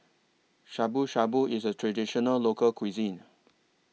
Shabu Shabu IS A Traditional Local Cuisine